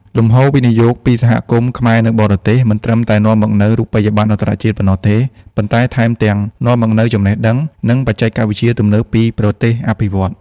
លំហូរវិនិយោគពីសហគមន៍ខ្មែរនៅបរទេស មិនត្រឹមតែនាំមកនូវរូបិយប័ណ្ណអន្តរជាតិប៉ុណ្ណោះទេ ប៉ុន្តែថែមទាំងនាំមកនូវចំណេះដឹង និងបច្ចេកវិទ្យាទំនើបពីប្រទេសអភិវឌ្ឍន៍។